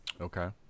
Okay